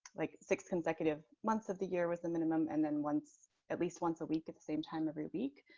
like six consecutive months of the year with a minimum and then once at least once a week at the same time every week,